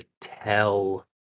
tell